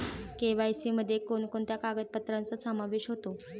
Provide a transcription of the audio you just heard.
KYC मध्ये कोणकोणत्या कागदपत्रांचा समावेश होतो?